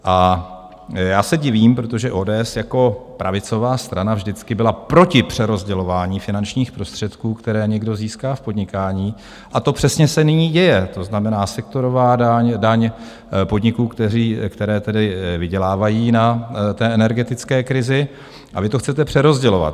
A já se divím, protože ODS jako pravicová strana vždycky byla proti přerozdělování finančních prostředků, které někdo získá v podnikání, a to přesně se nyní děje, to znamená, sektorová daň, daň podniků, které vydělávají na energetické krizi, a vy to chcete přerozdělovat.